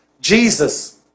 Jesus